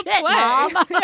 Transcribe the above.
mom